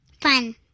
Fun